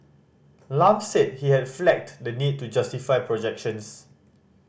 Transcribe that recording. Lam said he had flagged the need to justify projections